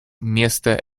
место